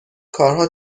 کارها